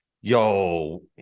Yo